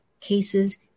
cases